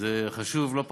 זה חשוב לא פחות.